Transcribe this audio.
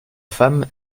femme